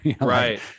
right